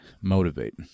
motivate